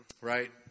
right